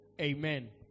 Amen